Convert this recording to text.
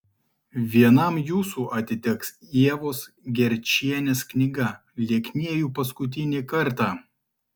vienam jūsų atiteks ievos gerčienės knyga lieknėju paskutinį kartą